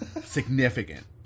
significant